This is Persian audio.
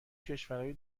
کشورای